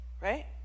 right